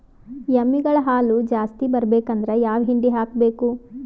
ಎಮ್ಮಿ ಗಳ ಹಾಲು ಜಾಸ್ತಿ ಬರಬೇಕಂದ್ರ ಯಾವ ಹಿಂಡಿ ಹಾಕಬೇಕು?